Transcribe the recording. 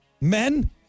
Men